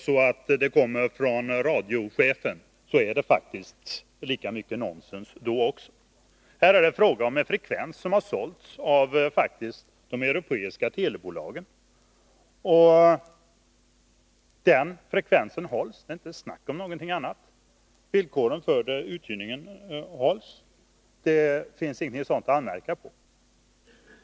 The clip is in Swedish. Kommer det från radiochefen, är det faktiskt lika mycket nonsens ändå. Här är det fråga om en frekvens som har sålts av de europeiska telebolagen. Och den frekvensen hålls, det är inte tal om någonting annat. Villkoren för utgivningen hålls. Det finns ingenting att anmärka på.